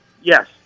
Yes